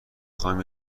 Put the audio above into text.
خواهم